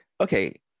okay